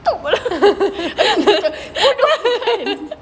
tutup lah bodoh kan